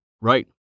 Right